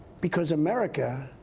because america,